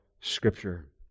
Scripture